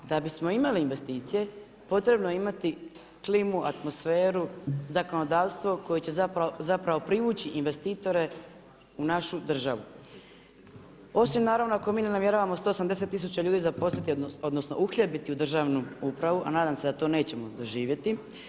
Da bismo imali investicije potrebno je imati klimu, atmosferu, zakonodavstvo koje će zapravo privući investitore u našu državu, osim naravno ako mi ne namjeravamo 180 tisuća ljudi zaposliti odnosno uhljebiti u državnu upravu, a nadam se da to nećemo doživjeti.